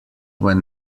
when